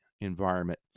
environment